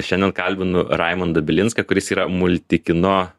šiandien kalbinu raimundą bilinską kuris yra multikino